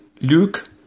Luke